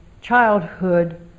childhood